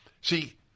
see